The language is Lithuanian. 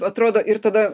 atrodo ir tada